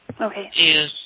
Okay